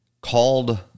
called